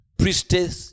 priestess